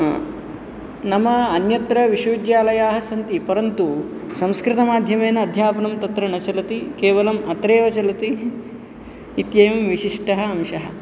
नाम अन्यत्र विश्वविद्यालयाः सन्ति परन्तु संस्कृतमाध्यमेन अध्यापनं तत्र न चलति केवलम् अत्रैव चलति इत्येवं विशिष्टः अंशः